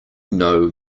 know